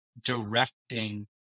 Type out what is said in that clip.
directing